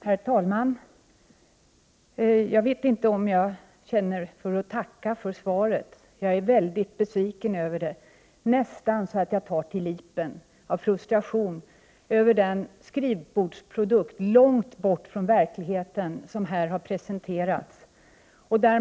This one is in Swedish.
Herr talman! Jag vet inte om jag känner för att tacka för svaret. Jag är väldigt besviken över det, nästan så att jag tar till lipen av frustration över den skrivbordsprodukt, långt borta från verkligheten, som här har presenterats.